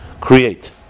create